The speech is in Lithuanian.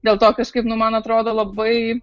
dėl to kažkaip nu man atrodo labai